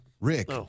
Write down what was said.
Rick